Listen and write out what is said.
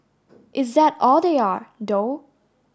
is that all they are though